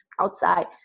outside